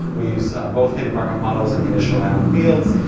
we use both hidden markup models and conditional random fields.